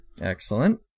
Excellent